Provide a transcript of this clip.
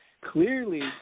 Clearly